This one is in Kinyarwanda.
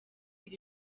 iri